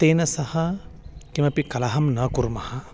तेन सह किमपि कलहं न कुर्मः